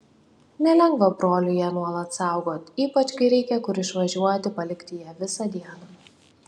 nelengva broliui ją nuolat saugoti ypač kai reikia kur išvažiuoti palikti ją visą dieną